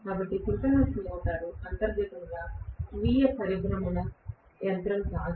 కాబట్టి synchronous motor అంతర్గతంగా స్వీయ పరిబ్రమణ యంత్రం కాదు